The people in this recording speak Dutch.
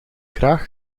graag